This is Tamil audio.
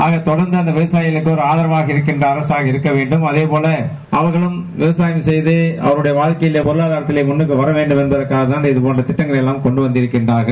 ஆகதொடர்ந்து இந்த விவசாயிகளுக்கு ஆதரவாக இருக்கின்ற அரசாக இருக்க வேண்டும் அதேபோல அவர்களும் விவசாயம் செய்து அவர்கள் வாழ்க்கையில் பொருளாதார நிலையில் முன்னுக்கு வர வேண்டும் என்பதற்காகத்தாள் இதபோன்ற திட்டங்கள் எல்லாம் கொண்டு வந்திருக்கிறார்கள்